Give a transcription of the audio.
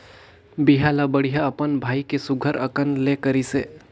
बिहा ल बड़िहा अपन भाई के सुग्घर अकन ले करिसे